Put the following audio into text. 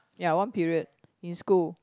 ya one period in school